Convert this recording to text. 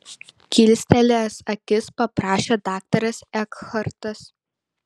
kilstelėjęs akis paprašė daktaras ekhartas